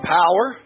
power